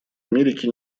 америки